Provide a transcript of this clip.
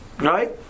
Right